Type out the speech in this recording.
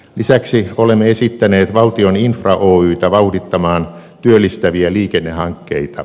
lisäksi olemme esittäneet valtion infra oytä vauhdittamaan työllistäviä liikennehankkeita